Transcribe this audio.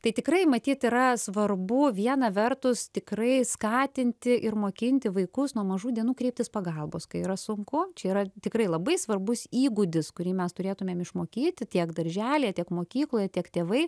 tai tikrai matyt yra svarbu viena vertus tikrai skatinti ir mokinti vaikus nuo mažų dienų kreiptis pagalbos kai yra sunku čia yra tikrai labai svarbus įgūdis kurį mes turėtumėm išmokyti tiek darželyje tiek mokykloje tiek tėvai